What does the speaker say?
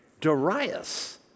Darius